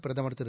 பிரதமர் திரு